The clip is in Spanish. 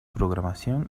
programación